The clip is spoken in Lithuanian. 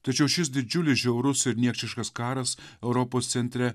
tačiau šis didžiulis žiaurus ir niekšiškas karas europos centre